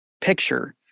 picture